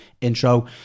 intro